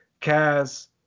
Kaz